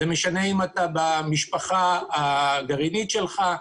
זה משנה אם אתה נמצא עם המשפחה הגרעינית שלך,